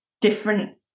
different